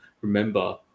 remember